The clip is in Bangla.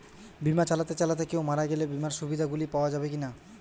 বিমা চালাতে চালাতে কেও মারা গেলে বিমার সুবিধা গুলি পাওয়া যাবে কি না?